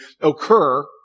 occur